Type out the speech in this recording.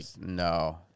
No